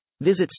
Visit